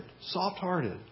soft-hearted